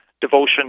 devotion